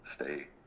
stay